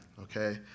okay